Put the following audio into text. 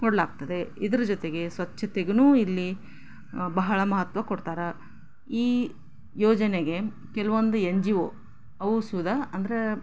ಕೊಡಲಾಗ್ತದೆ ಇದ್ರ ಜೊತೆಗೆ ಸ್ವಚ್ಛತೆಗು ಇಲ್ಲಿ ಬಹಳ ಮಹತ್ವ ಕೊಡ್ತಾರೆ ಈ ಯೋಜನೆಗೆ ಕೆಲವೊಂದು ಎನ್ ಜಿ ಓ ಅವು ಸುತಾ ಅಂದರೆ